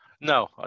no